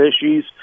issues